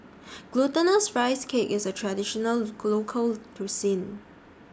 Glutinous Rice Cake IS A Traditional Local Cuisine